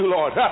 Lord